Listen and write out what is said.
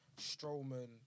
Strowman